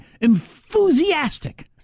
enthusiastic